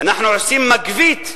אנחנו עושים מגבית,